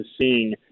seeing